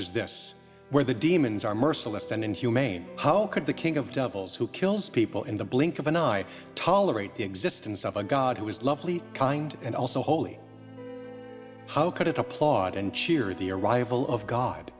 as this where the demons are merciless and inhumane how could the king of devils who kills people in the blink of an eye tolerate the existence of a god who is lovely kind and also holy how could it applaud and cheer the arrival of god